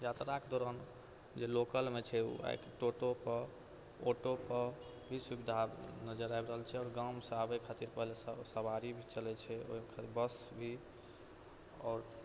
यात्राके दौरान जे लोकलमे छै ओ टोटोके ऑटोके ई सुविधा नजरि आबि रहल छै आओर गाँवसँ आबै खातिर पहिले सवारी भी चलै छै ओहि खातिर बस भी आओर